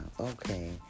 Okay